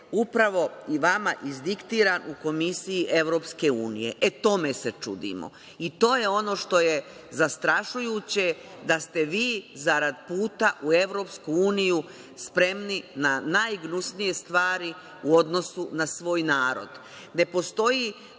upravo i vama izdiktiran u Komisiji EU. E, tome se čudimo, i to je ono što je zastrašujuće da ste vi zarad puta u EU spremni na najgnusnije stvari u odnosu na svoj narod. Doneli